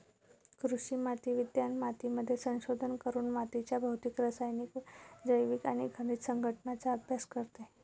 कृषी माती विज्ञान मातीमध्ये संशोधन करून मातीच्या भौतिक, रासायनिक, जैविक आणि खनिज संघटनाचा अभ्यास करते